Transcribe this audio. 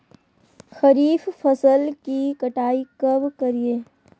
खरीफ फसल की कटाई कब करिये?